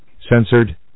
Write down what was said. censored